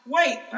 Wait